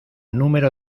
número